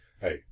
hey